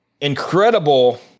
incredible